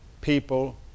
people